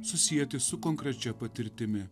susieti su konkrečia patirtimi